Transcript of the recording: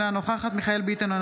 אינה נוכחת מיכאל מרדכי ביטון,